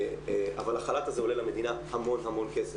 אבל החל"ת הזה עולה למדינה המון כסף.